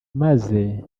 maze